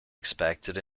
expected